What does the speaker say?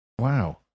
Wow